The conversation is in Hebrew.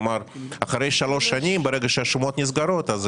כלומר אחרי שלוש שנים כאשר השומות נסגרות.